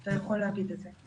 אתה יכול להגיד את זה.